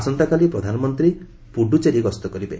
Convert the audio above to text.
ଆସନ୍ତାକାଲି ପ୍ରଧାନମନ୍ତ୍ରୀ ପୁଡ଼ୁଚେରୀ ଗସ୍ତ କରିବେ